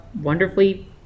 wonderfully